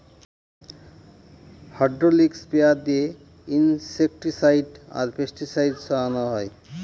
hydraulic sprayer দিয়ে insecticide আর pesticide ছড়ানো হয়